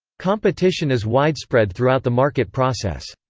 competition is widespread throughout the market process.